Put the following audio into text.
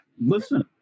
listen